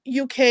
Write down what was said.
UK